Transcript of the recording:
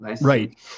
Right